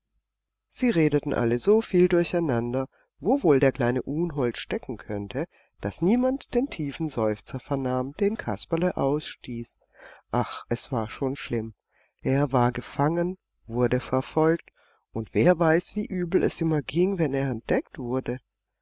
sie redeten alle so viel durcheinander wo wohl der kleine unhold stecken könnte daß niemand den tiefen seufzer vernahm den kasperle ausstieß ach es war schon schlimm er war gefangen wurde verfolgt und wer weiß wie übel es ihm erging wenn er entdeckt wurde